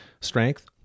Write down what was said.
strength